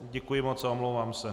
Děkuji moc a omlouvám se.